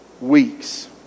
weeks